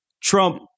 Trump